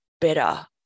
better